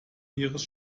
ihres